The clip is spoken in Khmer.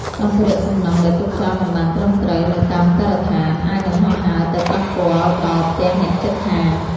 សម្ភារៈសំណង់ដែលទុកចោលមិនបានត្រឹមត្រូវនៅតាមការដ្ឋានអាចនឹងហោះហើរទៅប៉ះពាល់ដល់ផ្ទះអ្នកជិតខាង។